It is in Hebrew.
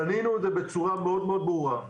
בנינו את זה בצורה מאוד מאוד ברורה,